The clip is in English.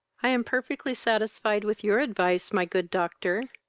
i am perfectly satisfied with your advice, my good doctor,